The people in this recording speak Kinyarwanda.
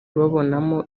babonamo